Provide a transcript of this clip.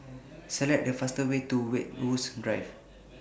Select The fastest Way to Westwood Drive